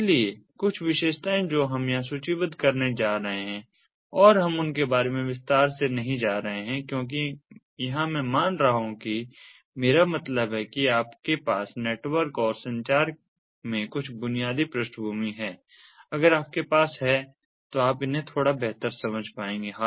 इसलिए कुछ विशेषताएं जो हम यहां सूचीबद्ध करने जा रहे हैं और हम उनके बारे में विस्तार से नहीं जा रहे हैं क्योंकि यहां मैं यह मान रहा हूं कि मेरा मतलब है कि आपके पास नेटवर्क और संचार में कुछ बुनियादी पृष्ठभूमि है अगर आपके पास है तो आप इन्हें थोड़ा बेहतर समझ पाएंगे